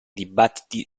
dibattiti